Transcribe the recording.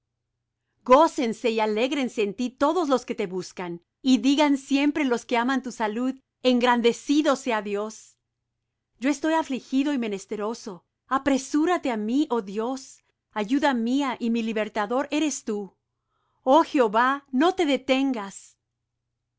gócense y alégrense en ti todos los que te buscan y digan siempre los que aman tu salud engrandecido sea dios yo estoy afligido y menesteroso apresúrate á mí oh dios ayuda mía y mi libertador eres tú oh jehová no te detengas